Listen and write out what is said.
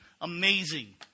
amazing